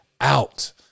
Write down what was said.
out